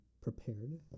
prepared